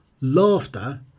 laughter